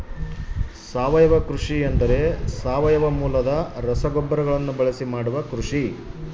ಸಾವಯವ ಕೃಷಿ ಎಂದರೆ ಸಾವಯವ ಮೂಲದ ರಸಗೊಬ್ಬರಗಳನ್ನು ಬಳಸಿ ಮಾಡುವ ಕೃಷಿ